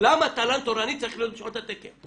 תל"ן תורני צריך להיות בשעות התקן?